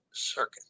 circuit